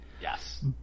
Yes